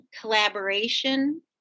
collaboration